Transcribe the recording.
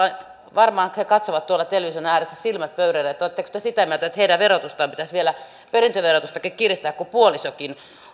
varmaan he katsovat tuolla television ääressä silmät pyöreinä että oletteko te sitä mieltä että heidän perintöverotustaankin pitäisi vielä kiristää kun puolisokin